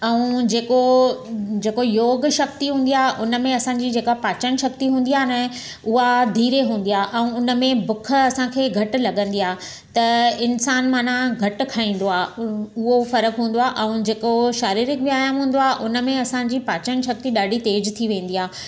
ऐं जेको जेको योग शक्ती हूंदी आहे उनमें असांजी जेका पाचन शक्ती हूंदी आहे न उहा धीरे हूंदी आहे ऐं उनमें बुख असां खे घटि लॻंदी आहे त इंसानु माना घटि खाईंदो आहे उ उहो फ़र्क़ु हूंदो आहे ऐं जेको शारीरिक व्यायाम हूंदो आहे उनमें असांजी पाचन शक्ती ॾाढी तेज़ थी वेंदी आहे